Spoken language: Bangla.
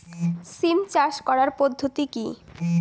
সিম চাষ করার পদ্ধতি কী?